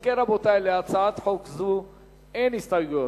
אם כן, רבותי, להצעת חוק זו אין הסתייגויות.